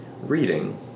reading